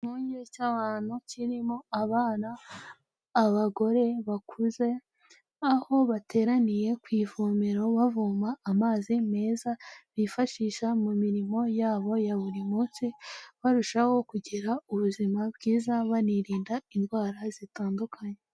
Ikivunge cy'abantu kirimo abana, abagore bakuze, aho bateraniye ku ivomero bavoma amazi meza bifashisha mu mirimo yabo ya buri munsi barushaho kugira ubuzima bwiza, banirinda indwara zitandukanye.